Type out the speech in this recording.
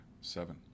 seven